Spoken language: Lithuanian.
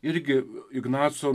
irgi ignaco